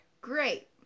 Great